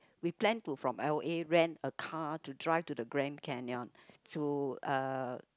we plan to from L_A rent a car to drive to the Grand-Canyon to uh